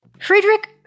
Friedrich